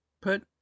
put